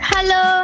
Hello